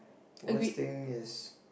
worst thing is